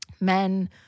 men